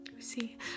see